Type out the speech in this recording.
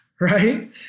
right